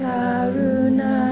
Karuna